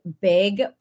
big